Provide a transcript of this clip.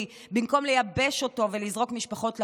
במקום לייבש אותו ולזרוק משפחות לרחוב,